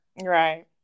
Right